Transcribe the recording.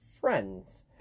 Friends